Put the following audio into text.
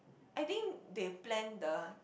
I think they plan the